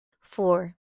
Four